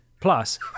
Plus